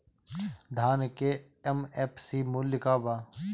धान के एम.एफ.सी मूल्य का बा?